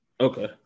Okay